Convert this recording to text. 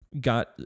got